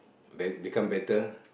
bet~ become better